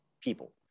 people